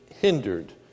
hindered